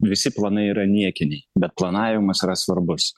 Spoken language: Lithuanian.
visi planai yra niekiniai bet planavimas yra svarbus